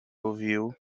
ouviu